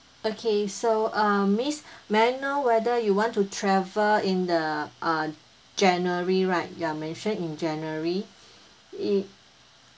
okay so uh miss may I know whether you want to travel in the on january right you're mention in january it